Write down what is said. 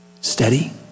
steady